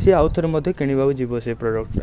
ସିଏ ଆଉଥରେ ମଧ୍ୟ କିଣିବାକୁ ଯିବ ସେ ପ୍ରଡ଼କ୍ଟଟା